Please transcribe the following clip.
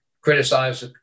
criticize